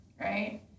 Right